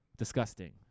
Disgusting